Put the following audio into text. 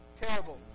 terrible